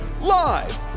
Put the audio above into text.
live